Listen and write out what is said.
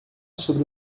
sobre